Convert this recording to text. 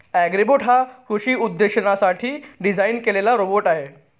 Agribot हा कृषी उद्देशांसाठी डिझाइन केलेला रोबोट आहे